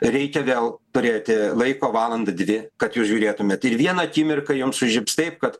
reikia vėl turėti laiko valandą dvi kad jūs žiūrėtumėt ir vieną akimirką jums sužibs taip kad